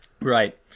right